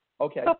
Okay